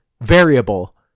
Variable